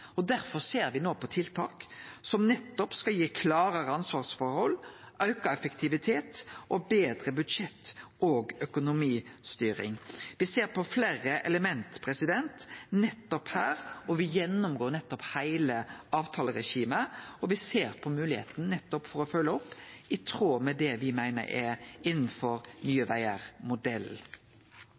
ser me no på tiltak som nettopp skal gi klarare ansvarsforhold, auka effektivitet og betre budsjett- og økonomistyring. Me ser på fleire element her, me gjennomgår heile avtaleregimet, og me ser på moglegheita for å følgje opp i tråd med det me meiner er innanfor Nye